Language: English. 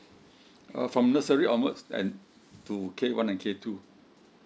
uh from nursery onwards and to K one and K two